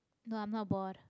no I'm not bored